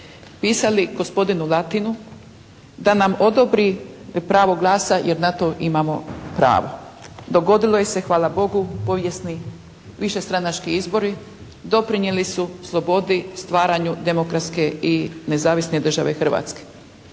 pisali gospodinu Latinu da nam odobri pravo glasa jer na to imamo pravo. Dogodilo se hvala Bogu povijesni višestranački izbori. Doprinijeli su slobodi stvaranju demokratske i nezavisne države Hrvatske.